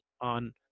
on